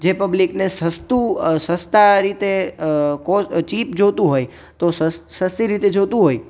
જે પબ્લિકને સસ્તું સસ્તા રીતે કો ચિપ જોઈતું હોય તો સ સસ્તી રીતે જોતું હોય